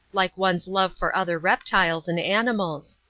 like one's love for other reptiles and animals.